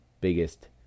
biggest